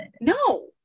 No